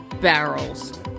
barrels